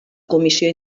comissió